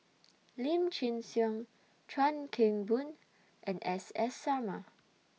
Lim Chin Siong Chuan Keng Boon and S S Sarma